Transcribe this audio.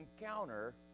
encounter